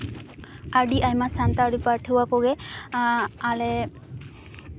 ᱟᱹᱰᱤ ᱟᱭᱢᱟ ᱥᱟᱱᱛᱟᱲᱤ ᱯᱟᱹᱴᱷᱩᱣᱟᱹ ᱠᱚᱜᱮ ᱟᱞᱮ